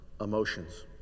emotions